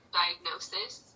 diagnosis